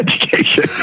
education